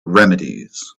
remedies